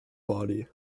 body